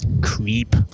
creep